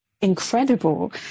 incredible